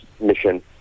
mission